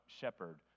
shepherd